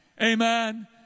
Amen